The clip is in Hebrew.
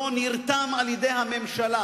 לא נרתם על-ידי הממשלה